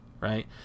right